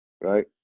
right